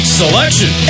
selection